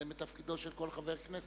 זה מתפקידו של כל חבר כנסת